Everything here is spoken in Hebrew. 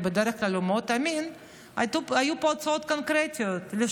כי בדרך כלל הוא מאוד אמין,